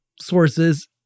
sources